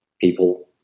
people